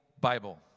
Bible